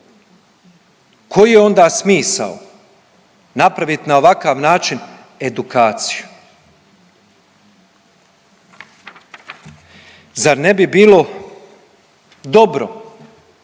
Koji je onda smisao napravit na ovakav način edukaciju? Zar ne bi bilo dobro,